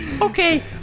Okay